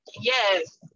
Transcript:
Yes